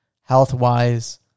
health-wise